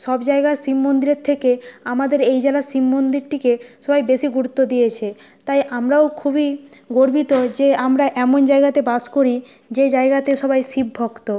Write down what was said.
সব জায়গার শিব মন্দিরের থেকে আমাদের এই জেলার মন্দিরটিকে সবাই বেশি গুরুত্ব দিয়েছে তাই আমরাও খুবই গর্বিত যে আমরা এমন জায়গাতে বাস করি যে জায়গাতে সবাই শিবভক্ত